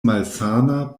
malsana